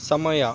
ಸಮಯ